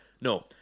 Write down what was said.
No